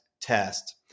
test